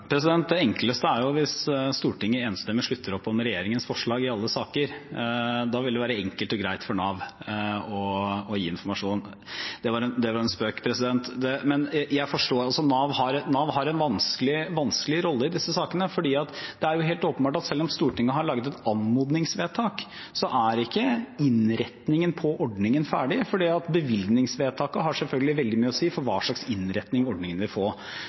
Det enkleste er jo hvis Stortinget enstemmig slutter opp om regjeringens forslag i alle saker. Da vil det være enkelt og greit for Nav å gi informasjon. Det var en spøk, president. Nav har en vanskelig rolle i disse sakene. Det er helt åpenbart at selv om Stortinget har fattet et anmodningsvedtak, er ikke innretningen på ordningen ferdig, for bevilgningsvedtaket har selvfølgelig veldig mye å si for hva slags innretning ordningen vil få.